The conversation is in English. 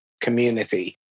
community